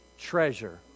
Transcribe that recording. treasure